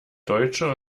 deutsche